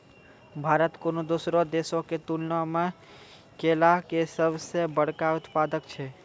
भारत कोनो दोसरो देशो के तुलना मे केला के सभ से बड़का उत्पादक छै